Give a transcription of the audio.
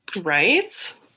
Right